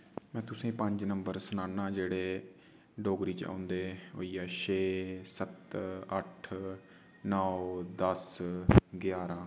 मैं तुसें'ई पंज नम्बर सनानां जेह्ड़े डोगरी च औंदे होई गेआ छे सत्त अट्ठ नौ दस ग्यारह